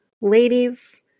ladies